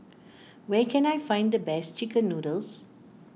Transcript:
where can I find the best Chicken Noodles